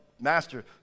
Master